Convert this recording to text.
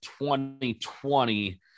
2020